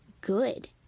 good